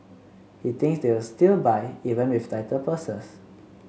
he thinks they will still buy even with tighter purses